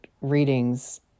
readings